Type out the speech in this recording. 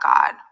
God